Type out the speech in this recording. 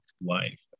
life